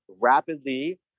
rapidly